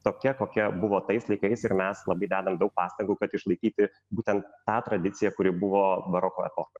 tokia kokia buvo tais laikais ir mes labai dedam daug pastangų kad išlaikyti būtent tą tradiciją kuri buvo baroko epochoje